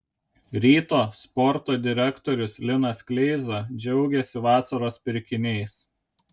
ryto sporto direktorius linas kleiza džiaugėsi vasaros pirkiniais